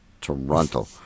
Toronto